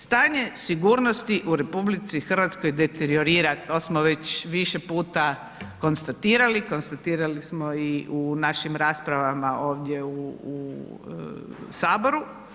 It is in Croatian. Stanje sigurnosti u RH deteriorira, to smo već više puta konstatirali, konstatirali smo i u našim rasprava ovdje u Saboru.